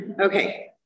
okay